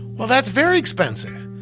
well, that's very expensive.